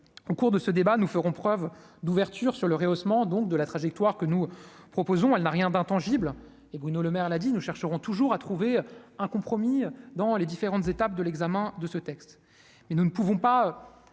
au cours de ce débat, nous ferons preuve d'ouverture sur le rehaussement donc de la trajectoire que nous proposons, elle n'a rien d'intangible et Bruno Lemaire là dit nous chercherons toujours à trouver un compromis dans les différentes étapes de l'examen de ce texte mais nous ne pouvons pas